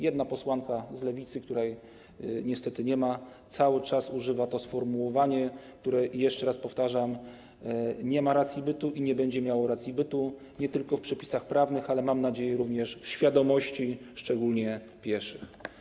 Jedna posłanka z Lewicy, której niestety nie ma, cały czas używa tego sformułowania, które - jeszcze raz powtarzam - nie ma racji bytu i nie będzie miało racji bytu nie tylko w przepisach prawnych, ale mam nadzieję również w świadomości, szczególnie pieszych.